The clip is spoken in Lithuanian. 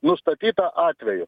nustatyta atvejų